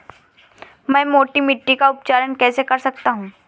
मैं मोटी मिट्टी का उपचार कैसे कर सकता हूँ?